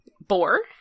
Boar